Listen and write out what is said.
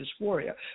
dysphoria